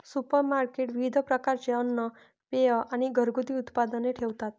supermarket विविध प्रकारचे अन्न, पेये आणि घरगुती उत्पादने ठेवतात